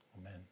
amen